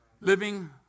living